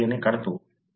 आपण DNA काढतो